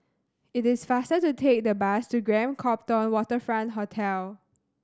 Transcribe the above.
it is faster to take the bus to Grand Copthorne Waterfront Hotel